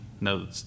No